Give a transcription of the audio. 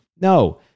No